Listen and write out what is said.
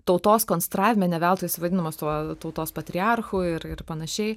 tautos konstravime ne veltui jis vadinamas tuo tautos patriarchu ir panašiai